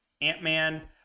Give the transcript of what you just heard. Ant-Man